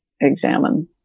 examine